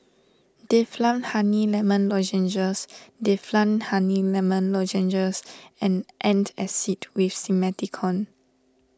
Difflam Honey Lemon Lozenges Difflam Honey Lemon Lozenges and Antacid with Simethicone